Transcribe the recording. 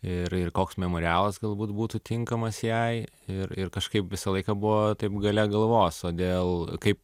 ir ir koks memorialas galbūt būtų tinkamas jai ir ir kažkaip visą laiką buvo taip gale galvos o dėl kaip